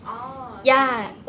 orh okay